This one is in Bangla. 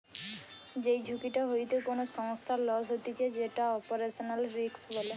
যেই ঝুঁকিটা হইতে কোনো সংস্থার লস হতিছে যেটো অপারেশনাল রিস্ক বলে